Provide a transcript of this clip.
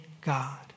God